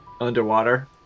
underwater